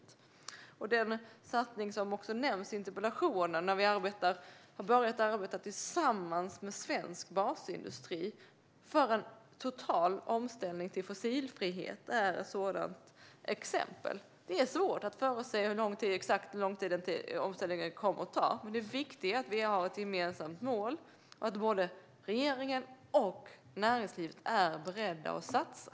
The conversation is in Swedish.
Ett exempel är den satsning - som också nämns i interpellationen - där vi har börjat arbeta tillsammans med svensk basindustri för en total omställning till fossilfrihet. Det är svårt att förutse exakt hur lång tid den omställningen kommer att ta, men det viktiga är att vi har ett gemensamt mål och att både regeringen och näringslivet är beredda att satsa.